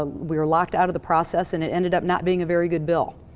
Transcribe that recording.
ah we were locked out of the process and it ended up not being a very good bill.